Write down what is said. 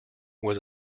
was